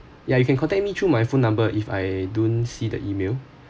ya you can contact me through my phone number if I don't see the email